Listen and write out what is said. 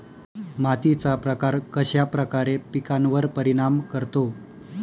मातीचा प्रकार कश्याप्रकारे पिकांवर परिणाम करतो?